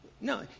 No